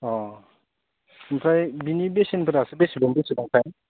अ ओमफ्राय बेनि बेसेनफोरासो बेसेबां बेसेबांथाय